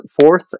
fourth